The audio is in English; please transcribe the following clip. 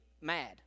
mad